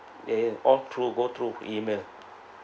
they all through go through email